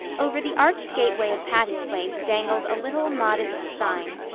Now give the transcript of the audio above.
over the arched gateway of patty's place dangled a little, modest sign.